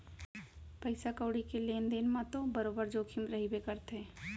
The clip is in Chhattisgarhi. पइसा कउड़ी के लेन देन म तो बरोबर जोखिम रइबे करथे